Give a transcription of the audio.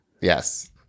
Yes